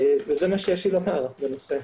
וזה מה שיש לי לומר בנושא.